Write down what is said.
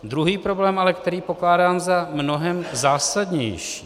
Druhý problém ale, který pokládám za mnohem zásadnější.